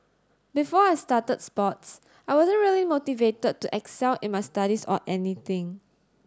before I started sports I wasn't really motivated to excel in my studies or anything